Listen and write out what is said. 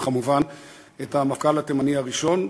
וכמובן את המפכ"ל התימני הראשון,